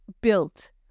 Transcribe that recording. built